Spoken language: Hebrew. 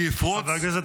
מה לך ולז'בוטינסקי?